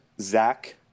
Zach